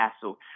castle